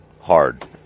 hard